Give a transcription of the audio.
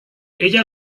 ella